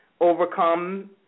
overcome